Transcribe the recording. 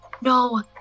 no